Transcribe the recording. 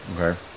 Okay